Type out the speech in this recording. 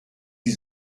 die